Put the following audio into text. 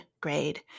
grade